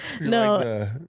No